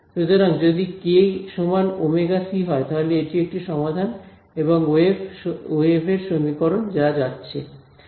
সুতরাং যদি কে সমান ওমেগা সি হয় তাহলে এটি একটি সমাধান এবং ওয়েভ এর সমীকরণ যা যাচ্ছে